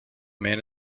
man